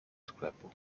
sklepu